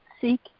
seek